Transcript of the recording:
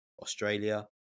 Australia